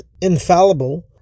infallible